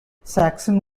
saxon